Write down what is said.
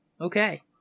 okay